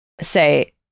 say